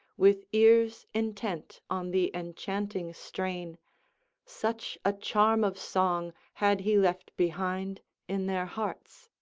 with ears intent on the enchanting strain such a charm of song had he left behind in their hearts.